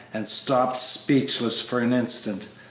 and stopped speechless for an instant,